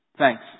Thanks